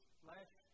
flesh